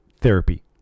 therapy